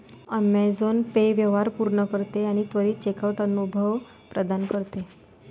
Amazon Pay व्यवहार पूर्ण करते आणि त्वरित चेकआउट अनुभव प्रदान करते